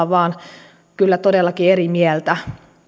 vaan kyllä todellakin eri mieltä